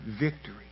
victory